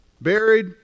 buried